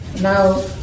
Now